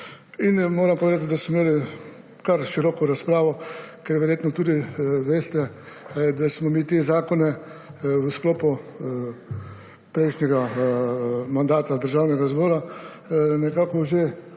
Moram povedati, da smo imeli kar široko razpravo, ker verjetno tudi veste, da smo mi te zakone v sklopu prejšnjega mandata državnega zbora že